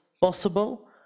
possible